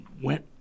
went